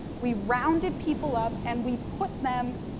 we rounded people up and we put them,